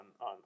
on